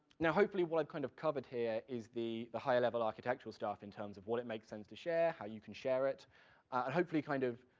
now hopefully, what i've kind of covered here is the high-level architectural stuff in terms of what it makes sense to share, how you can share it, and hopefully kind of,